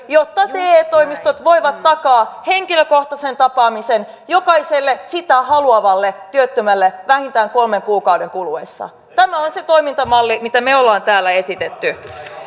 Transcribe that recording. jotta te toimistot voivat taata henkilökohtaisen tapaamisen jokaiselle sitä haluavalle työttömälle vähintään kolmen kuukauden kuluessa tämä on se toimintamalli mitä me me olemme täällä esittäneet